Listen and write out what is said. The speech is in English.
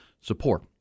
support